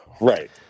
right